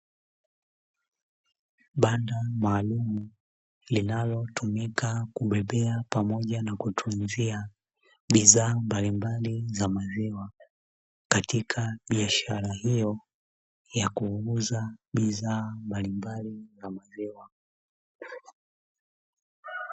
Banda maalumu linalotumika kubebea pamoja na kutunzia bidhaa mbalimbali za maziwa katika biashara hiyo ya kuuza bidhaa mbalimbali za maziwa.